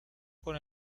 con